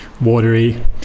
watery